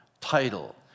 title